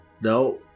No